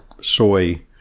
soy